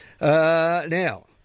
Now